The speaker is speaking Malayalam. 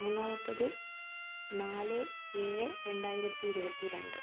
മൂന്നാമത്തേത് നാല് ഏഴ് രണ്ടായിരത്തി ഇരുപത്തി രണ്ട്